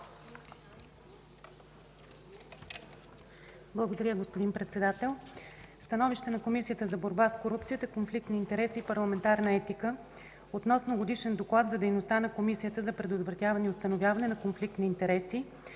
Благодаря, господин Председател. Ще Ви запозная със: „СТАНОВИЩЕ на Комисията за борба с корупцията, конфликт на интереси и парламентарна етика относно Годишния доклад за дейността на Комисията за предотвратяване и установяване на конфликт на интереси